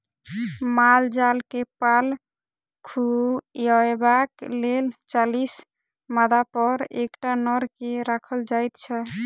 माल जाल के पाल खुअयबाक लेल चालीस मादापर एकटा नर के राखल जाइत छै